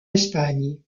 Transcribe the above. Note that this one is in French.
espagne